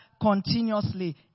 continuously